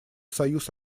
союз